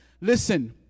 Listen